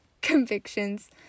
convictions